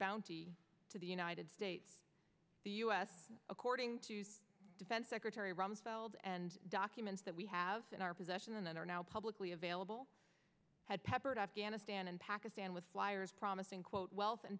bounty to the united states the u s according to defense secretary rumsfeld and documents that we have in our possession and are now publicly available had peppard afghanistan and pakistan with flyers promising quote wealth and